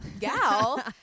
gal